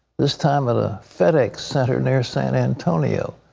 this time at a fedex center near san antonio.